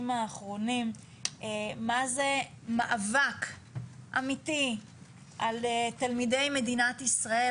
האחרונים מה זה מאבק אמיתי על תלמידי מדינת ישראל,